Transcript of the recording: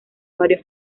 varios